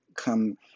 come